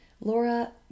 Laura